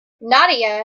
nadia